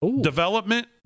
development